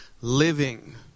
living